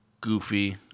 Goofy